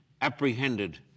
apprehended